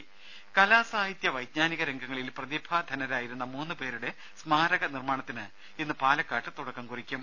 രദേ കലാ സാഹിത്യ വൈജ്ഞാനിക രംഗങ്ങളിൽ പ്രതിഭാധനരായിരുന്ന മൂന്ന് പേരുടെ സ്മാരക നിർമാണത്തിന് ഇന്ന് പാലക്കാട്ട് തുടക്കം കുറിക്കും